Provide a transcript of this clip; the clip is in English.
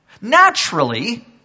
Naturally